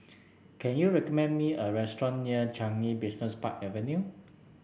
can you recommend me a restaurant near Changi Business Park Avenue